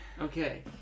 Okay